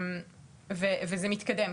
זה מתקדם,